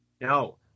no